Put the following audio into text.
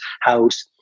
house